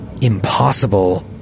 impossible